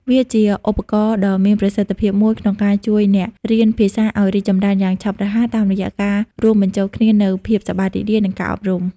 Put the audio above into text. វាជាឧបករណ៍ដ៏មានប្រសិទ្ធភាពមួយក្នុងការជួយអ្នករៀនភាសាឲ្យរីកចម្រើនយ៉ាងឆាប់រហ័ស តាមរយៈការរួមបញ្ចូលគ្នានូវភាពសប្បាយរីករាយ និងការអប់រំ។